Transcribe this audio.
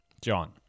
John